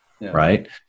right